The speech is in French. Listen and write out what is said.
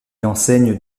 enseigne